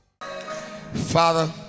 father